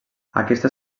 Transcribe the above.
aquesta